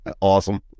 Awesome